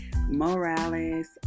Morales